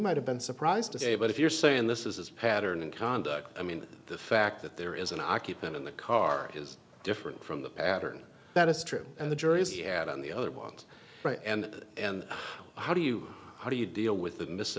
might have been surprised to say but if you're saying this is a pattern of conduct i mean the fact that there is an occupant in the car is different from the pattern that is true and the jury's he had on the other want right and and how do you how do you deal with that mis